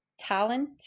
talent